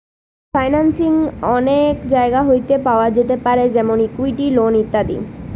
financing অনেক জায়গা হইতে পাওয়া যেতে পারে যেমন ইকুইটি, লোন ইত্যাদি